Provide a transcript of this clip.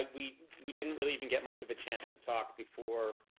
we we didn't really even get much of a chance to talk before